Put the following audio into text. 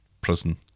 prison